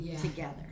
together